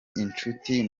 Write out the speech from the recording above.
inshuti